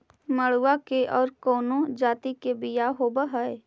मडूया के और कौनो जाति के बियाह होव हैं?